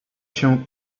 się